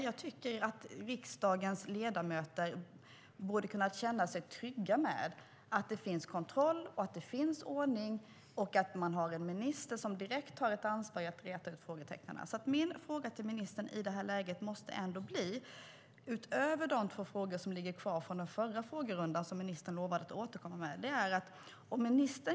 Jag tycker att riksdagens ledamöter borde kunna känna sig trygga med att det finns kontroll och ordning och att man har en minister som direkt tar ansvar för att räta ut frågetecknen. Utöver de två frågor som ligger kvar från förra replikrundan och som ministern lovade att återkomma till, har jag en fråga.